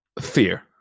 Fear